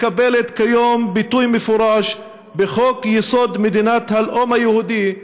מקבלת כיום ביטוי מפורש בחוק-יסוד: מדינת הלאום היהודי,